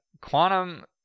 quantum